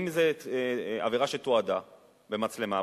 אם זו עבירה שתועדה במצלמה,